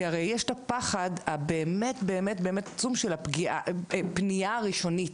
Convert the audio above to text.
כי הרי יש את הפחד הבאמת באמת עצום של הפנייה הראשונית.